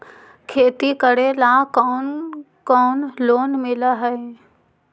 खेती करेला कौन कौन लोन मिल हइ?